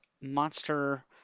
monster